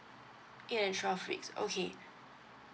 eight and twelve weeks okay